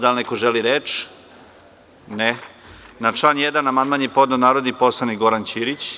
Da li neko želi reč? (Ne) Na član 1. amandman je podneo narodni poslanik Goran Ćirić.